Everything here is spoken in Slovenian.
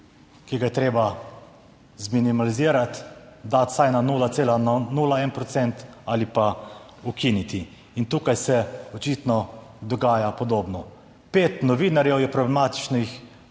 ki ga je treba zminimalizirati, dati vsaj na 0,01 procent ali pa ukiniti. In tukaj se očitno dogaja podobno. Pet novinarjev je problematičnih,